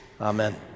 Amen